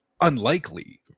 unlikely